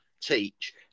teach